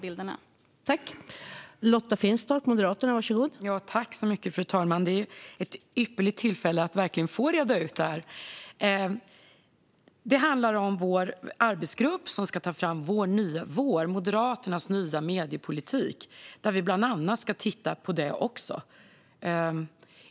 Fru talman! Detta är ett ypperligt tillfälle att reda ut detta. Det handlar om vår arbetsgrupp, som ska ta fram Moderaternas nya mediepolitik, där vi bland annat ska titta på det.